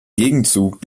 gegenzug